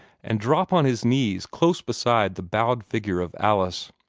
and drop on his knees close beside the bowed figure of alice.